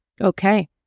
Okay